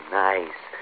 nice